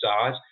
size